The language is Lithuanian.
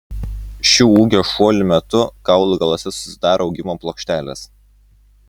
šių ūgio šuolių metu kaulų galuose susidaro augimo plokštelės